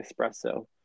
espresso